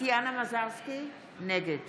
טטיאנה מזרסקי, נגד